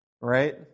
right